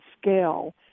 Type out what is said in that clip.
scale